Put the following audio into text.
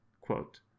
Quote